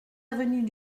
avenue